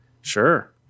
Sure